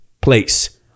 place